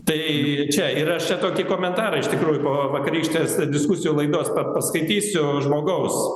tai čia ir aš čia tokį komentarą iš tikrųjų po vakarykštės diskusijų laidos paskaitysiu žmogaus